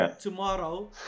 tomorrow